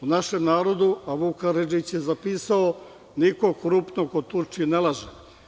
U našem narodu, Vuk Karadžić je zapisao – niko krupno ko Turčin ne laže.